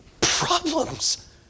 problems